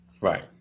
Right